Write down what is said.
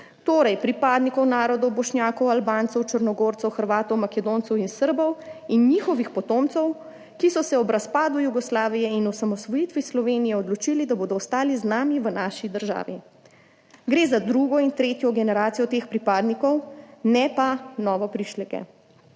torej pripadnikov narodov Bošnjakov, Albancev, Črnogorcev, Hrvatov, Makedoncev in Srbov in njihovih potomcev, ki so se ob razpadu Jugoslavije in osamosvojitvi Slovenije odločili, da bodo ostali z nami v naši državi. Gre za drugo in tretjo generacijo teh pripadnikov, ne pa novoprišleke.